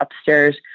upstairs